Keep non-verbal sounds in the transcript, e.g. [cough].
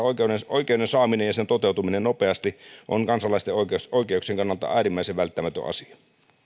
[unintelligible] oikeuden oikeuden saaminen ja sen toteutuminen nopeasti on kansalaisten oikeuksien oikeuksien kannalta äärimmäisen välttämätön asia